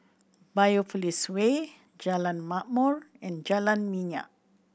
Biopolis Way Jalan Ma'mor and Jalan Minyak